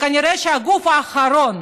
כנראה שהגוף האחרון